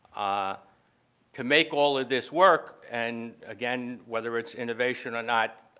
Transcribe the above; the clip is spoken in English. ah to make all of this work and again whether it's innovation or not,